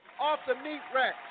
off-the-meat-rack